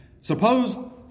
Suppose